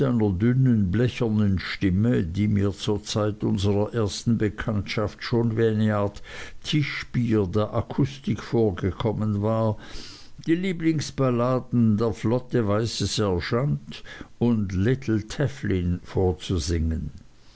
dünnen blechernen stimme die mir zur zeit unserer ersten bekanntschaft schon wie eine art tischbier der akustik vorgekommen war die lieblingsballaden der flotte weiße sergeant und little tafflin vorzusingen